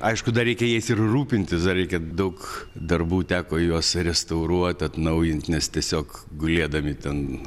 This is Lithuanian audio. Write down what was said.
aišku dar reikia jais ir rūpintis dar reikia daug darbų teko juos restauruot atnaujint nes tiesiog gulėdami ten